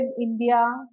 India